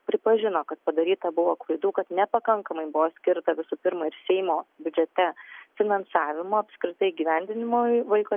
pripažino kad padaryta buvo klaidų kad nepakankamai buvo skirta visų pirma ir seimo biudžete finansavimo apskritai įgyvendinimui vaiko